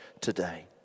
today